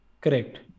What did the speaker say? Correct